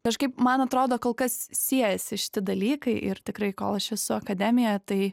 kažkaip man atrodo kol kas siejasi šiti dalykai ir tikrai kol aš esu akademija tai